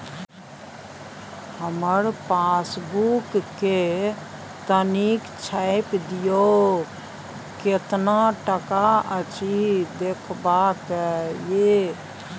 हमर पासबुक के तनिक छाय्प दियो, केतना टका अछि देखबाक ये?